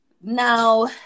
Now